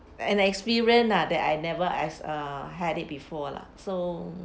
an experience ah that I never as a had it before lah so